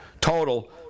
Total